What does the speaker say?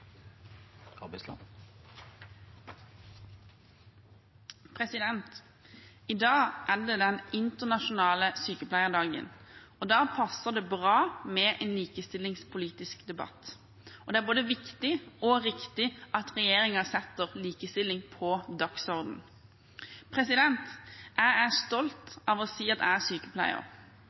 det den internasjonale sykepleierdagen, og da passer det bra med en likestillingspolitisk debatt. Det er både viktig og riktig at regjeringen setter likestilling på dagsordenen. Jeg er stolt av å si at jeg er sykepleier,